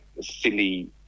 silly